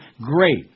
great